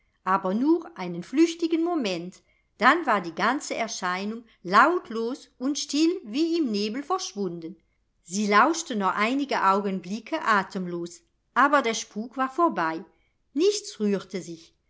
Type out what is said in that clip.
aber nur einen flüchtigen moment dann war die ganze erscheinung lautlos und still wie im nebel verschwunden sie lauschte noch einige augenblicke atemlos aber der spuk war vorbei nichts rührte sich